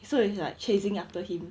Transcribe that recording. so it's like chasing after him